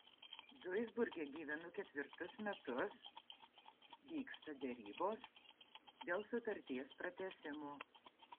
duisburge gyvenu ketvirtus metus vyksta derybos dėl sutarties pratęsimo